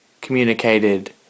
communicated